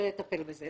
ולטפל בזה.